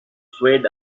swayed